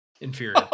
Inferior